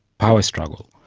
power struggle.